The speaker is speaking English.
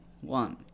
one